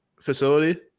facility